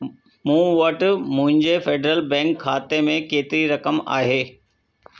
मूं वटि मुंहिंजे फेडरल बैंक खाते में केतिरी रक़म आहे